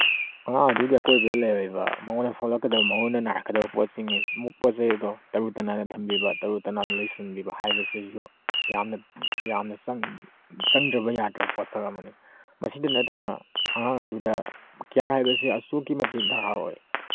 ꯑꯉꯥꯡ ꯑꯗꯨꯒꯤ ꯑꯀꯣꯏꯕꯗ ꯂꯩꯔꯤꯕ ꯃꯉꯣꯟꯗ ꯁꯣꯛꯂꯛꯀꯗꯕ ꯃꯉꯣꯟꯗ ꯅꯥꯔꯛꯀꯗꯕ ꯄꯣꯠ ꯆꯩ ꯑꯗꯣ ꯇꯔꯨ ꯇꯅꯥꯟꯅ ꯊꯝꯕꯤꯕ ꯇꯔꯨ ꯇꯅꯥꯟꯅ ꯂꯣꯏꯁꯤꯟꯕꯤꯕ ꯍꯥꯏꯕꯁꯤꯁꯨ ꯌꯥꯝꯅ ꯌꯥꯝꯅ ꯆꯪꯗ꯭ꯔꯕ ꯌꯥꯗ꯭ꯔꯕ ꯄꯣꯠꯁꯛ ꯑꯃꯅꯤ ꯃꯁꯤꯇ ꯅꯠꯇꯅ ꯑꯉꯥꯡ ꯑꯗꯨꯗ ꯀꯤꯌꯥꯔ ꯍꯥꯏꯕꯁꯦ ꯑꯁꯨꯛꯀꯤ ꯃꯇꯤꯛ ꯗꯔꯀꯥꯔ ꯑꯣꯏ